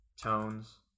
tones